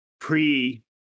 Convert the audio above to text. pre